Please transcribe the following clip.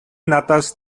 надаас